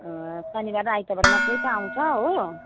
शनिबार र आइतबार मात्रै त आउँछ हो